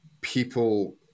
people